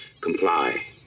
Comply